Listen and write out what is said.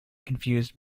confused